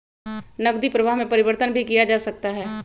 नकदी प्रवाह में परिवर्तन भी किया जा सकता है